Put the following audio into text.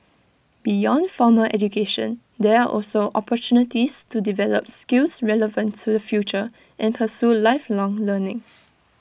beyond formal education there are also opportunities to develop skills relevant to the future and pursue lifelong learning